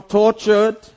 tortured